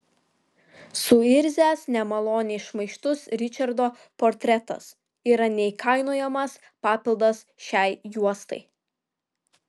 suirzęs nemaloniai šmaikštus ričardo portretas yra neįkainojamas papildas šiai juostai